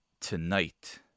tonight